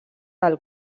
del